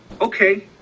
okay